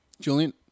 Julian